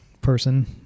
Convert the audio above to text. person